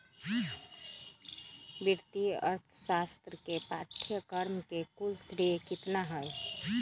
वित्तीय अर्थशास्त्र के पाठ्यक्रम के कुल श्रेय कितना हई?